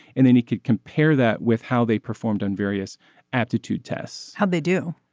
and then he could compare that with how they performed on various aptitude tests how they do.